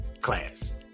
class